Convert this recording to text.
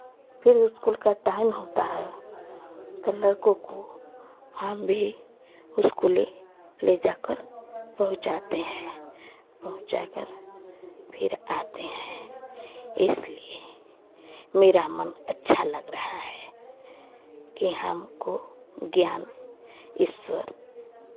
फिर इस्कुल का टाइम होता है तो लड़कों को हम भी इस्कुले ले जाकर पहुँचाते हैं पहुँचा कर फिर आते हैं इसलिए मेरा मन अच्छा लग रहा है कि हमको ज्ञान ईश्वर